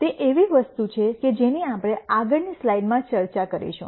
તે એવી વસ્તુ છે કે જેની આપણે આગળની સ્લાઈડમાં ચર્ચા કરીશું